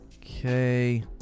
Okay